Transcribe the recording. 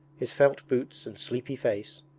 his felt boots and sleepy face,